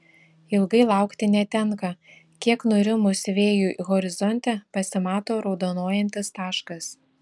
ilgai laukti netenka kiek nurimus vėjui horizonte pasimato raudonuojantis taškas